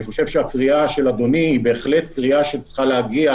אני חושב שהקריאה של אדוני היא בהחלט קריאה שצריכה להגיע